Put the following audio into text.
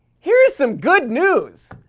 here is some good news!